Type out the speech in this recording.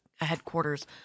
headquarters